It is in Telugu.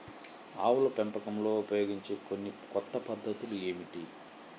ఆవుల పెంపకంలో ఉపయోగించే కొన్ని కొత్త పద్ధతులు ఏమిటీ?